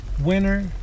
Winner